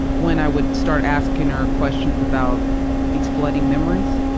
when i would start asking her questions about these flooding memories,